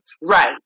Right